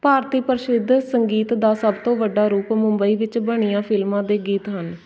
ਭਾਰਤੀ ਪ੍ਰਸਿੱਧ ਸੰਗੀਤ ਦਾ ਸਭ ਤੋਂ ਵੱਡਾ ਰੂਪ ਮੁੰਬਈ ਵਿੱਚ ਬਣੀਆਂ ਫਿਲਮਾਂ ਦੇ ਗੀਤ ਹਨ